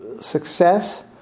success